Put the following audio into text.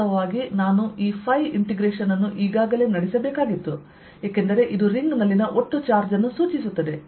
ವಾಸ್ತವವಾಗಿ ನಾನು ಈಇಂಟೆಗ್ರೇಶನ್ ಅನ್ನು ಈಗಾಗಲೇ ನಡೆಸಬೇಕಾಗಿತ್ತು ಏಕೆಂದರೆ ಇದು ರಿಂಗ್ ನಲ್ಲಿನ ಒಟ್ಟು ಚಾರ್ಜ್ ಅನ್ನು ಸೂಚಿಸುತ್ತದೆ